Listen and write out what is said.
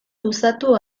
luzatu